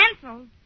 canceled